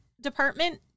Department